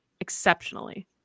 exceptionally